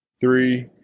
three